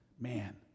Man